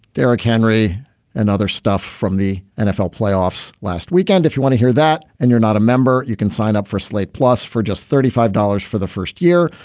derrick henry and other stuff from the nfl playoffs last weekend, if you want to hear that. and you're not a member, you can sign up for slate plus for just thirty five dollars for the first year.